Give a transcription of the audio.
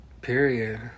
Period